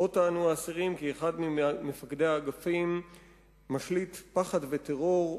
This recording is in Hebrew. עוד טענו האסירים כי אחד ממפקדי האגפים משליט פחד וטרור,